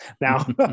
now